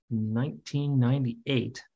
1998